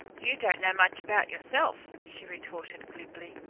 you don't know much about yourself, she retorted glibly.